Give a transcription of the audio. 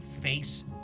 face